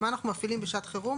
מה אנחנו מפעילים בשעת חירום,